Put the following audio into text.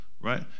right